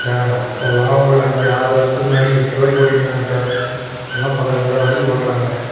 sir அப்போல்லாம் ஒரு அஞ்சு ஆறு வருடத்துக்கு முன்னாடி எட்டு ரூபாய்க்கு ஓட்டிட்டு இருந்தாங்க சார் இப்போல்லாம் பதினஞ்சி ருபாய் வரைக்கும் ஓட்டுகிறாங்க